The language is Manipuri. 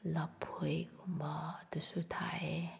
ꯂꯐꯣꯏꯒꯨꯝꯕ ꯑꯗꯨꯁꯨ ꯊꯥꯏꯌꯦ